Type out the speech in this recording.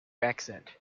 exit